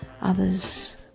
others